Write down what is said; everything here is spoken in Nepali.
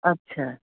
अच्छा